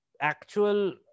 actual